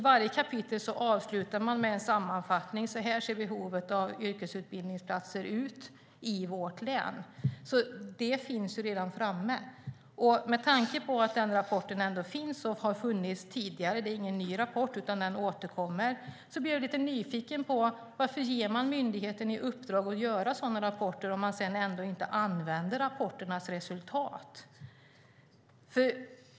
Varje kapitel i rapporten avslutas med en sammanfattning av hur behovet av yrkesutbildningsplatser ser ut i respektive län. Det finns alltså redan framme. Med tanke på att den rapporten finns och har funnits tidigare - det är ingen ny rapport, utan den återkommer - blir jag lite nyfiken: Varför ger man myndigheten i uppdrag att göra sådana här rapporter om man sedan inte använder rapporternas resultat?